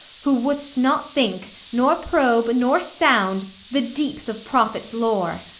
who wouldst not think, nor probe, nor sound the deeps of prophet's lore,